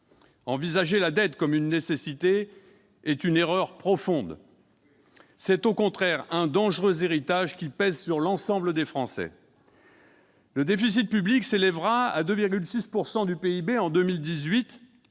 Envisager la dette comme une nécessité est une erreur profonde ! Il s'agit, au contraire, d'un dangereux héritage qui pèse sur l'ensemble des Français. Le déficit public s'élèvera à 2,6 % du PIB en 2018